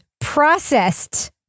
processed